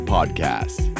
Podcast